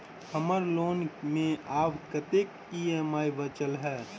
हम्मर लोन मे आब कैत ई.एम.आई बचल ह?